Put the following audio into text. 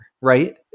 right